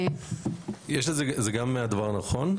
יש לזה, זה גם הדבר הנכון.